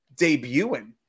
debuting